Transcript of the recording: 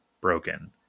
broken